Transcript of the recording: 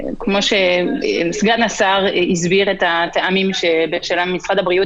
סגן השר הסביר את הטעמים שבגללם משרד הבריאות